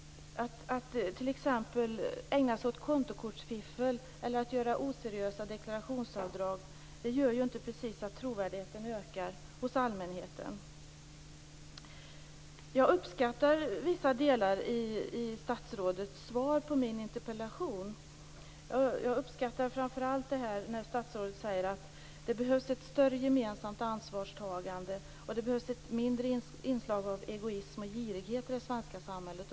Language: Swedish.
Att t.ex. ägna sig åt kontokortsfiffel eller att göra oseriösa deklarationsavdrag bidrar inte precis till att trovärdigheten ökar hos allmänheten. Jag uppskattar vissa delar av statsrådets svar på min interpellation. Framför allt uppskattar jag att statsrådet säger att det behövs ett större gemensamt ansvarstagande och ett mindre inslag av egoism och girighet i det svenska samhället.